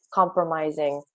compromising